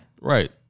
Right